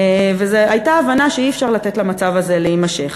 והייתה הבנה שאי-אפשר לתת למצב הזה להימשך.